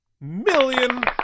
million